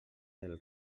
del